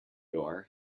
door